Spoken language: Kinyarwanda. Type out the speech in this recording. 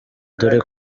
dore